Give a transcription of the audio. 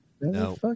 No